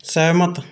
ਸਹਿਮਤ